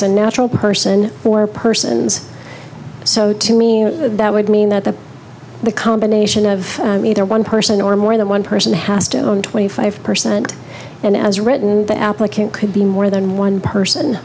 a natural person or persons so to me that would mean that the combination of i'm either one person or more than one person has twenty five percent and as written the applicant could be more than one person